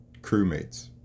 crewmates